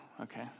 Okay